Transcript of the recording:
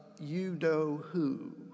you-know-who